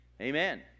Amen